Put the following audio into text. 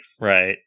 Right